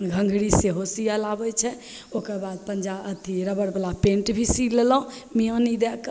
घघरी सेहो सिएले आबै छै ओकर बाद पञ्जाब अथी रबड़वला पैन्ट भी सी लेलहुँ मिआनी दैके